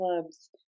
clubs